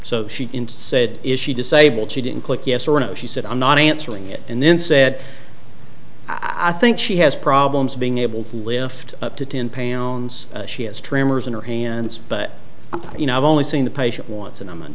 so she said is she disabled she didn't click yes or no she said i'm not answering it and then said i think she has problems being able to lift up to ten pounds she has tremors in her hands but you know i've only seen the patient once and i'm